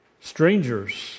strangers